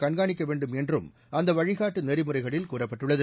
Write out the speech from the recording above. கண்காணிக்க வேண்டும் என்றும் அந்த வழிகாட்டு நெறிமுறைகளில் கூறப்பட்டுள்ளது